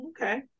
Okay